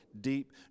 deep